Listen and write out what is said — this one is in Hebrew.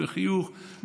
בחיוך,